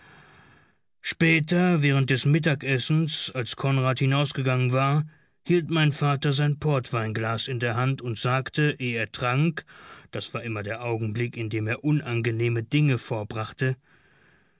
später während des mittagessens als konrad hinausgegangen war hielt mein vater sein portweinglas in der hand und sagte eh er trank das war immer der augenblick in dem er unangenehme dinge vorbrachte